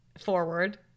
Forward